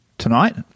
tonight